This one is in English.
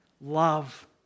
Love